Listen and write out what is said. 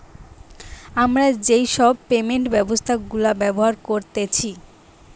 আমরা যেই সব পেমেন্ট ব্যবস্থা গুলা ব্যবহার করতেছি